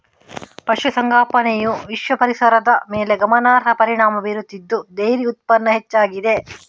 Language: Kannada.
ಪಶು ಸಂಗೋಪನೆಯು ವಿಶ್ವ ಪರಿಸರದ ಮೇಲೆ ಗಮನಾರ್ಹ ಪರಿಣಾಮ ಬೀರುತ್ತಿದ್ದು ಡೈರಿ ಉತ್ಪನ್ನ ಹೆಚ್ಚಾಗಿದೆ